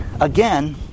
again